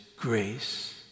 grace